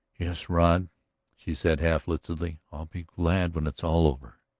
yes, rod. she said half listlessly. i'll be glad when it's all over.